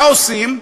מה עושים?